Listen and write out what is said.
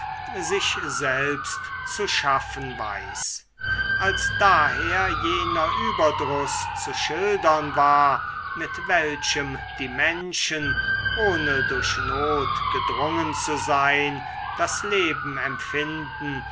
sich selbst zu schaffen weiß als daher jener überdruß zu schildern war mit welchem die menschen ohne durch not gedrungen zu sein das leben empfinden